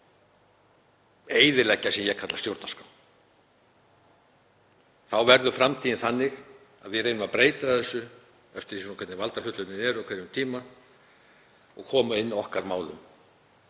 eyðileggja það sem ég kalla stjórnarskrá. Þá verður framtíðin þannig að við reynum að breyta henni eftir því hvernig valdahlutföllin eru á hverjum tíma og koma inn okkar málum.